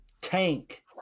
tank